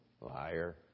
Liar